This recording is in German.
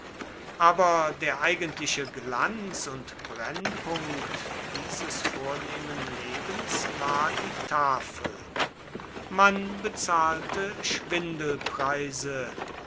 aber der eigentliche glanz und brennpunkt dieses vornehmen lebens war die tafel man bezahlte schwindelpreise